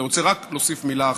אני רוצה רק להוסיף מילה אחת.